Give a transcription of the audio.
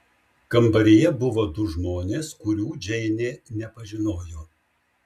kambaryje buvo du žmonės kurių džeinė nepažinojo